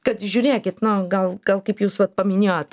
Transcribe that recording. kad žiūrėkit na gal gal kaip jūs vat paminėjot